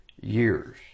years